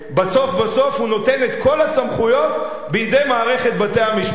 בסוף בסוף הוא נותן את כל הסמכויות בידי מערכת בתי-המשפט.